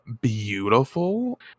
beautiful